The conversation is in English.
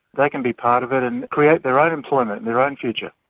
they can be part of it and create their own employment and their own future.